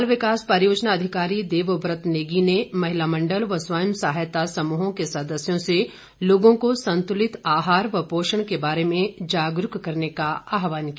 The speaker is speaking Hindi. बाल विकास परियोजना अधिकारी देवव्रत नेगी ने महिला मंडल व स्वयं सहायता समृहों के सदस्यों से लोगों को संतुलित आहार व पोषण के बारे में जागरूक करने का आहवान किया